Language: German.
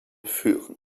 führen